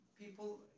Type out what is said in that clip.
People